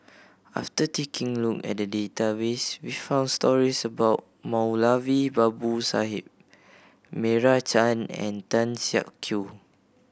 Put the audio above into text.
after taking a look at the database we found stories about Moulavi Babu Sahib Meira Chand and Tan Siak Kew